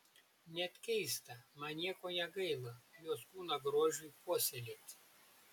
net keista man nieko negaila jos kūno grožiui puoselėti